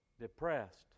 depressed